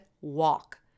walk